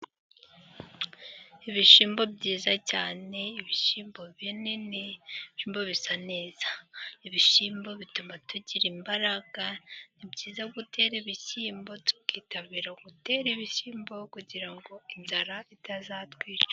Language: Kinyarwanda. Ibishyimbo byiza cyane, ibishyimbo binini, ibishyimbo bisa neza, ibishyimbo bituma tugira imbaraga. Ni byiza gutera ibishyimbo tukitabira gutera ibishyimbo, kugira ngo inzara itazatwica.